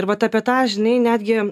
ir vat apie tą žinai netgi